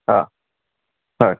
ಹಾಂ ಓಕೆ